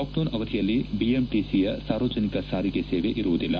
lockdown ಅವಧಿಯಲ್ಲಿ ಬಿಎಂಟಿಸಿಯ ಸಾರ್ವಜನಿಕ ಸಾರಿಗೆ ಸೇವೆ ಇರುವುದಿಲ್ಲ